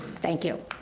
thank you.